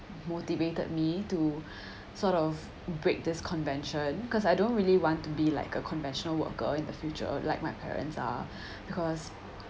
motivated me to sort of break this convention cause I don't really want to be like a conventional worker in the future like my parents are cause